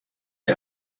wie